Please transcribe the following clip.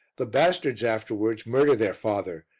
the bastards afterwards murder their father,